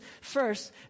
first